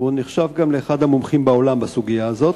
ונחשב גם לאחד המומחים בעולם בסוגיה הזאת,